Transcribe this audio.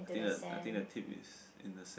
I think the I think the tip is in the sand